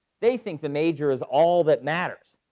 they think the major is all that matters.